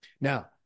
Now